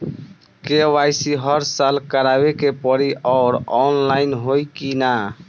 KYC हर साल करवावे के पड़ी और ऑनलाइन होई की ना?